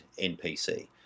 NPC